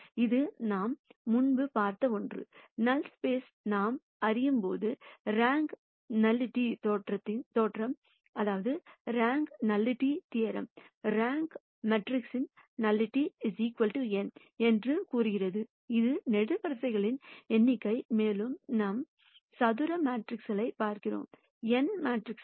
இது நாம் முன்பு பார்த்த ஒன்று நல் ஸ்பைஸ் நாம் அறியும்போதுரேங்க் நல்லிட்டி தேற்றம் தேற்றம்ரேங்க் மேட்ரிக்ஸின் nullity n என்று கூறுகிறது இது நெடுவரிசைகளின் எண்ணிக்கை மேலும் நாம் சதுர மெட்ரிக்ஸைப் பார்க்கிறோம் n மெட்ரிக்குகள்